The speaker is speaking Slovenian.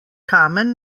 kamen